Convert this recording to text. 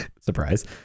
Surprise